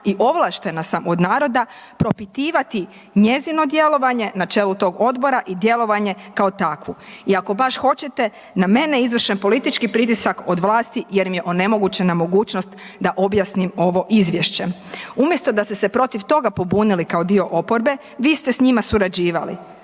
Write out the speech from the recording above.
i ovlaštena sam od naroda propitivati njezino djelovanje na čelu tog Odbora i djelovanje kao takvu. I ako baš hoćete, na mene je izvršen politički pritisak od vlasti jer mi je onemogućena mogućnost da objasnim ovo Izvješće. Umjesto da ste se protiv toga pobunili kao dio oporbe, vi ste s njima surađivali.